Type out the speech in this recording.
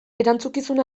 erantzukizun